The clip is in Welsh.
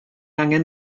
angen